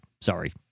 sorry